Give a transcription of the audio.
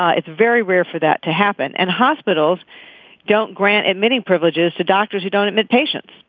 ah it's very rare for that to happen. and hospitals don't grant admitting privileges to doctors who don't admit patients.